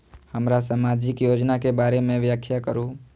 हमरा सामाजिक योजना के बारे में व्याख्या करु?